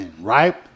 right